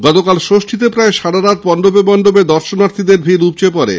গতকাল ষষ্ঠীতে প্রায় সারারাত মন্ডপে মন্ডপে দর্শণার্থীদের ভীড় উপচে পড়ে